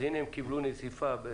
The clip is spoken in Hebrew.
אז הם קיבלו נזיפה.